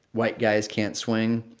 white guys can't swing,